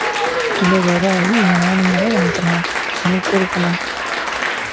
hello ᱫᱟᱫᱟ ᱤᱧ ᱤᱢᱨᱟᱱ ᱤᱧ ᱢᱮᱱᱮᱫ ᱠᱟᱱ ᱛᱟᱦᱮᱱᱟ ᱡᱷᱤᱱᱩᱠᱯᱩᱨ ᱠᱷᱚᱱᱟᱜ